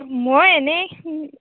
মই এনেই